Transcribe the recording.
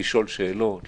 לשאול שאלות,